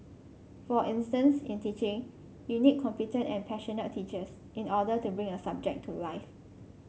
for instance in teaching you need competent and passionate teachers in order to bring a subject to life